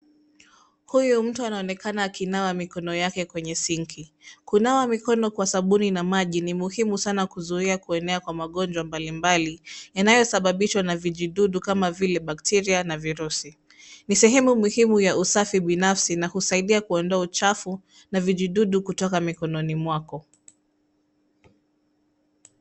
Huyu mtu anaonekana akinawa mikono yake kwenye sinki, kunawa mikono kwa sabuni na maji ni muhimu sana kuzuia kuenea kwa magonjwa mbalimbali inayosababishwa na vijidudu kama vile bakteria na virusi, ni sehemu muhimu ya usafi binafsi na husaidia kuondoa uchafu na vijidudu kutoka mikononi mwako.